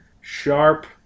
sharp